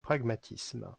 pragmatisme